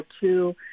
two